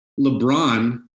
LeBron